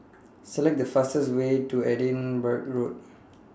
Select The fastest Way to Edinburgh Road